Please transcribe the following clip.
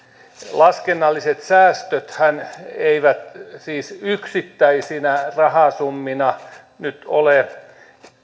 laskennalliset säästöthän eivät siis yksittäisinä rahasummina nyt ole